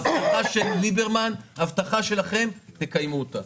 ההבטחה של ליברמן, ההבטחה שלכם תקיימו אותה.